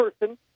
person